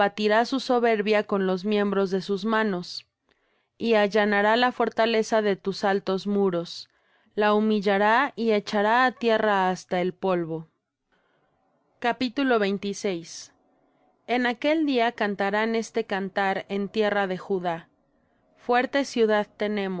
abatirá su soberbia con los miembros de sus manos y allanará la fortaleza de tus altos muros la humillará y echará á tierra hasta el polvo en aquel día cantarán este cantar en tierra de judá fuerte ciudad